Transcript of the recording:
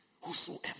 whosoever